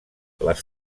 les